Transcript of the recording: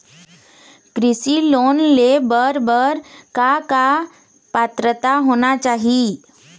कृषि लोन ले बर बर का का पात्रता होना चाही?